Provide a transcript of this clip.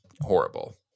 horrible